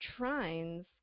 trines